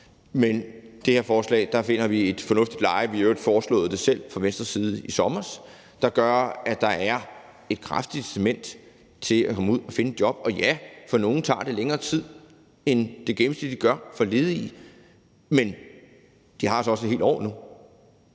Med det her forslag finder vi et fornuftigt leje – vi har i øvrigt fra Venstres side selv foreslået det i sommer – der gør, at der er et kraftigt incitament til at komme ud og finde et job. Og ja, for nogle tager det længere tid, end det gennemsnitligt gør for ledige, men de har altså også et helt år nu.